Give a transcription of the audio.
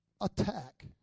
attack